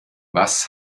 was